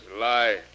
lie